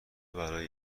برای